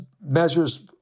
measures